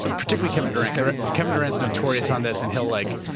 ah particularly, kevin durant. kevin durant's notorious on this and he'll like,